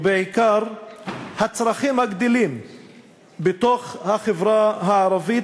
ובעיקר הצרכים הגדלים בתוך החברה הערבית,